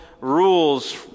rules